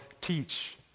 teach